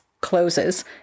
closes